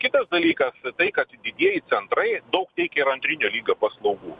kitas dalykas tai kad didieji centrai daug teikia ir antrinio lygio paslaugų